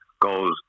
goes